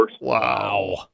Wow